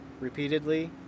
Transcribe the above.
repeatedly